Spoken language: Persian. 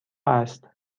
است